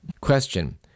Question